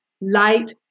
light